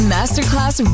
Masterclass